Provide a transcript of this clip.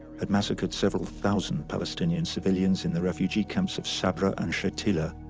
had massacred several thousand palestinian civilians in the refugee camps of sabra and shatila.